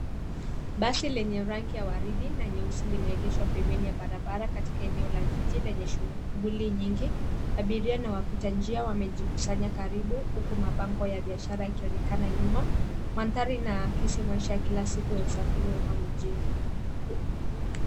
Basi lenye rangi ya waridi na nyeusi limeegeshwa pembeni ya barabara katika eneo la jiji lenye shughuli nyingi. Abiria na wapita njia wamejikusanya karibu huku mabango ya biashara ikionekana nyuma. Mandhari inaakisi maisha ya kila siku ya usafiri wa umma mjini.